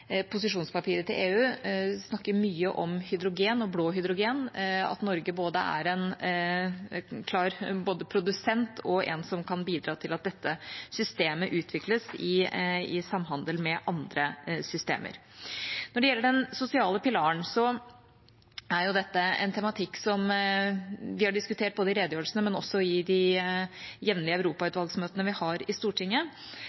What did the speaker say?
posisjonspapiret til EU snakker mye om hydrogen og blå hydrogen, at Norge både er en klar produsent og en som kan bidra til at dette systemet utvikles i samhandel med andre systemer. Når det gjelder den sosiale pilaren, er dette en tematikk som er diskutert i redegjørelsen, men også i de jevnlige